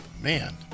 Man